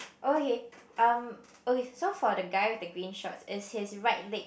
okay um okay so for the guy with the green shorts is his right leg